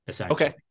Okay